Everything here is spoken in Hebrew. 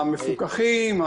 המפוקחים,